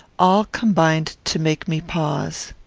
all combined to make me pause.